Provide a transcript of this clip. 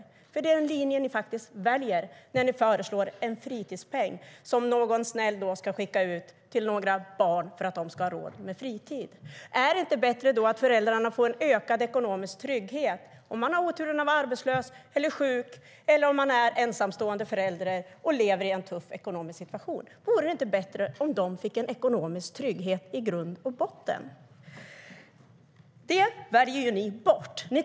Det är den linjen ni faktiskt väljer när ni föreslår en fritidspeng som någon snäll ska skicka ut till några barn för att de ska ha råd med fritid. Är det inte bättre att föräldrarna får ökad ekonomisk trygghet om de har oturen att vara arbetslösa eller sjuka eller är ensamstående och lever i en tuff ekonomisk situation? Vore det inte bättre om de fick en ekonomisk trygghet i grund och botten? Det väljer ni bort.